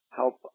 help